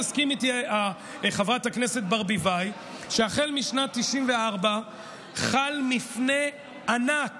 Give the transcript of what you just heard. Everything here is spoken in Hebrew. תסכים איתי חברת הכנסת ברביבאי שהחל משנת 1994 חל מפנה ענק